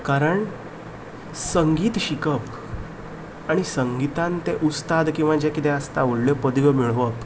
कारण संगीत शिकप आनी संगितान उत्साद किंवा जे किदें आसता व्हडल्यो पदव्यो मेळोवप